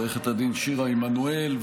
לעו"ד שירה עמנואל,